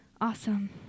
Awesome